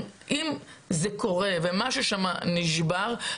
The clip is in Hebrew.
אם זה קורה ומשהו שם נשבר,